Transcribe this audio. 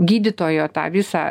gydytojo tą visą